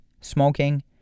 smoking